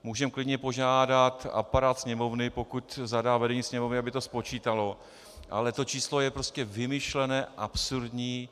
Můžeme klidně požádat aparát Sněmovny, pokud zadá vedení Sněmovny, aby to spočítalo, ale to číslo je vymyšlené, absurdní.